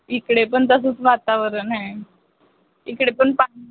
इकडे पण तसंच वातावरण आहे इकडे पण पा